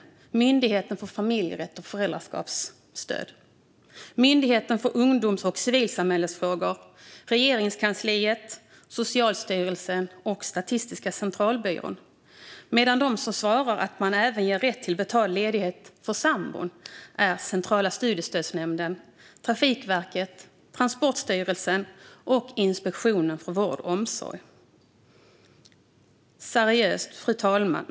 Myndigheten för familjerätt och föräldraskapsstöd samt Myndigheten för ungdoms och civilsamhällesfrågor, Regeringskansliet, Socialstyrelsen och Statistiska centralbyrån. Myndigheter som svarar att man ger rätt till betald ledighet även för partnern är Centrala studiestödsnämnden, Trafikverket, Transportstyrelsen och Inspektionen för vård och omsorg. Seriöst, fru talman!